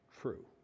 true